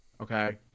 Okay